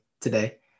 today